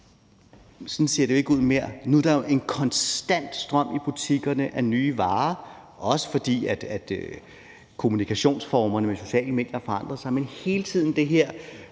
Sådan ser det jo ikke mere. Nu er der jo en konstant strøm i butikkerne af nye varer, også fordi kommunikationsformer med sociale medier forandrer sig. Men der er hele tiden det her